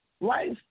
Life